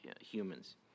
humans